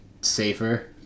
safer